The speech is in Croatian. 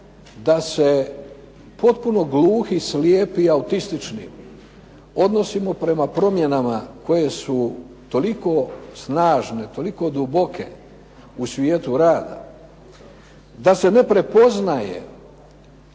da se potpuno gluhi, slijepi, autistični odnosimo prema promjenama koje su toliko snažne, toliko duboke u svijetu rada, da se ne prepoznaje